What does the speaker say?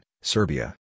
Serbia